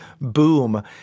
boom